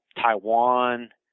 Taiwan